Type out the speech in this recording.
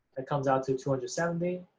it comes out to two hundred seventy,